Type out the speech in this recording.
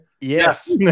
yes